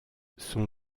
son